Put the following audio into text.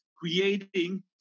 creating